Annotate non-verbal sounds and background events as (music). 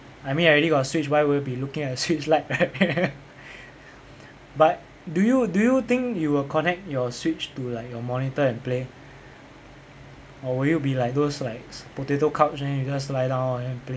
I mean I already got switch why would I be looking at switch lite (laughs) but do you do you think you will connect your switch to like your monitor and play or will you be like those like potato couch then you just lie down and then play